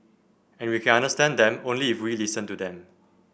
and we can understand them only if we listen to them